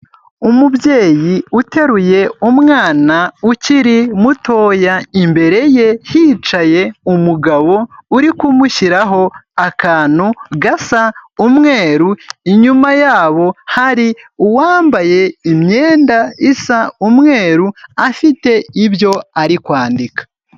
Umubyeyi uteruye umwana ukiri mutoya imbere ye hicaye umugabo uri kumushyiraho akantu gasa umweru inyuma yabo hari uwambaye imyenda isa umweru afite ibyo ari kwandika.